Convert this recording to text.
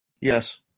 Yes